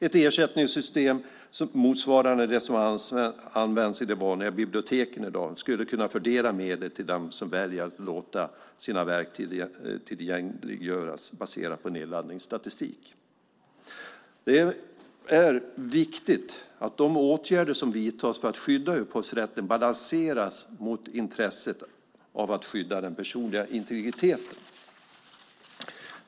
Ett ersättningssystem motsvarande det som används i de vanliga biblioteken i dag, baserat på nedladdningsstatistik, skulle kunna fördela medel till dem som väljer att låta sina verk tillgängliggöras. Det är viktigt att de åtgärder som vidtas för att skydda upphovsrätten balanseras mot intresset av att skydda den personliga integriteten.